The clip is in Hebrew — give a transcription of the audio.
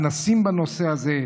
כנסים בנושא הזה,